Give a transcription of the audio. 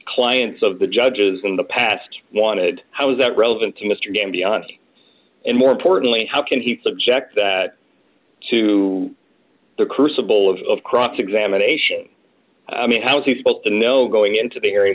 clients of the judges in the past wanted how is that relevant to mr van beyond and more importantly how can he subject that to the crucible of cross examination i mean how he spoke to know going into the area